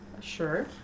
Sure